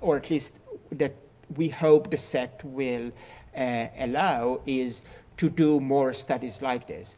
or at least that we hope the set will allow is to do more studies like this.